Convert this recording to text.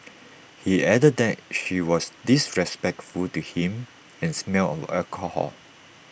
he added that she was disrespectful to him and smelled of alcohol